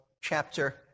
chapter